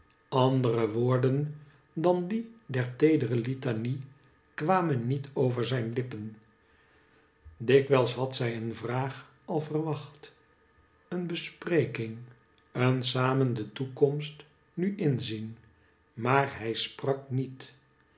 andere woorden dan die der teedere litanie kwamen niet over zijn lippen dikwijls had zij een vraag al verwacht een bespreking een samen de toekomst nu inzien maar hij spk ak niet